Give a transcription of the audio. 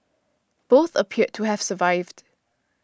both appeared to have survived